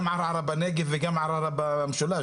גם ערערה בנגב וגם ערערה במשולש.